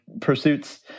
pursuits